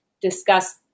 discuss